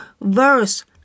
verse